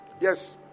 Yes